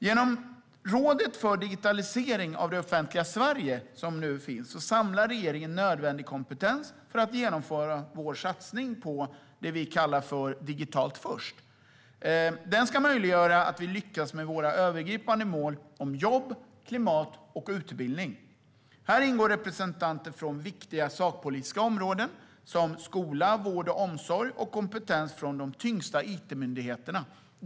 Genom rådet för digitalisering av det offentliga Sverige, som nu finns, samlar regeringen nödvändig kompetens för att genomföra vår satsning på det vi kallar "digitalt först". Satsningen ska möjliggöra att vi lyckas med våra övergripande mål för jobb, klimat och utbildning. Här ingår representanter från viktiga sakpolitiska områden som skola, vård och omsorg samt kompetens från de tyngsta it-myndigheterna.